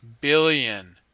billion